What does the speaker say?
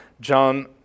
John